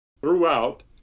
throughout